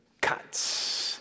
cuts